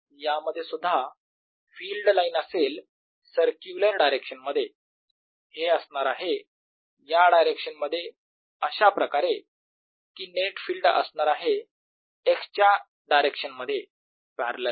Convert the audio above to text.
यामध्ये सुद्धा field line असेल सर्क्युलर डायरेक्शन मध्ये हे असणार आहे या डायरेक्शन मध्ये अशाप्रकारे की नेट फील्ड असणार आहे x चा डायरेक्शन मध्ये पॅरलल